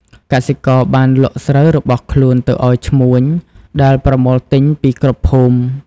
កសិករបានលក់ស្រូវរបស់ខ្លួនទៅឱ្យឈ្មួញ ដែលប្រមូលទិញពីគ្រប់ភូមិ។